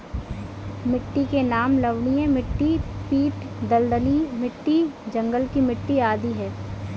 मिट्टी के नाम लवणीय मिट्टी, पीट दलदली मिट्टी, जंगल की मिट्टी आदि है